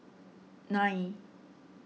nine